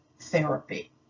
Therapy